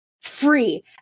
free